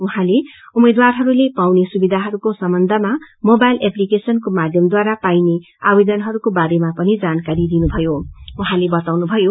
उहाँले उम्मेद्वारहरूले पाउने सुविधाहरूको सम्बन्धमा मोबाइल उएप्लीकेशन को माध्यमद्वारा पाइले आवेदनहरूको बारेमा पनि जानकारी दिनुभयो